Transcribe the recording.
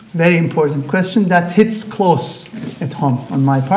very important question that hits close and to home in my heart.